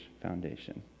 foundation